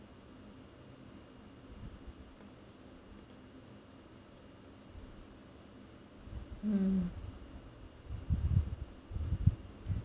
mm